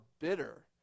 bitter